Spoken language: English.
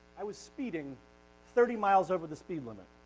i was speeding thirty miles over the speed limit.